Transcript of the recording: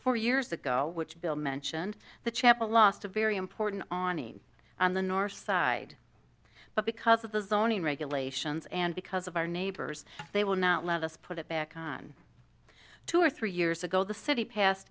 four years ago which bill mentioned the chapel lost a very important on the north side but because of the zoning regulations and because of our neighbors they will not let us put it back on two or three years ago the city pas